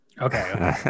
Okay